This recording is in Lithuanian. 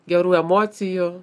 gerų emocijų